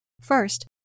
First